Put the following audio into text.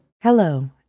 Hello